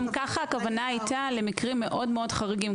גם ככה הכוונה היתה למקרים מאוד מאוד חריגים,